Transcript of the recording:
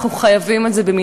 אנחנו חייבים את זה במנעד,